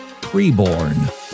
preborn